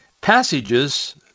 passages